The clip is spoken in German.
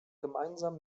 gemeinsam